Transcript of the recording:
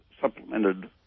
supplemented